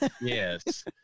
Yes